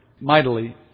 mightily